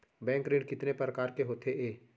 Bank ऋण कितने परकार के होथे ए?